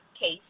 case